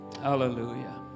Hallelujah